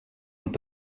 und